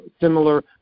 similar